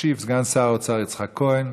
ישיב סגן שר האוצר יצחק כהן.